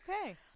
Okay